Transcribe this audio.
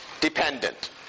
dependent